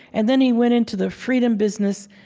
and then he went into the freedom business,